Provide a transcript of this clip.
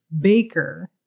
Baker